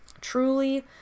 truly